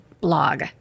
blog